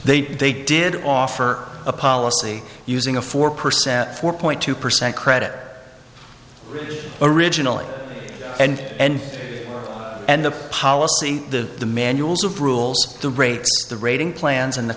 they they did offer a policy using a four percent four point two percent credit originally and end and the policy the manuals of rules the rates the rating plans and the